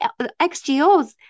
XGOs